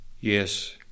yes